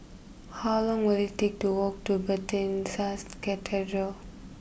how long will it take to walk to Bethesda Cathedral